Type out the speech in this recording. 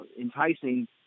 enticing